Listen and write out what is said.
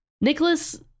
Nicholas